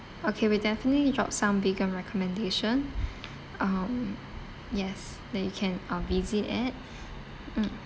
okay we'll definitely drop some vegan recommendation um yes that you can um visit at mm